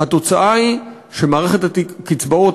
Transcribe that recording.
התוצאה היא שמערכת הקצבאות,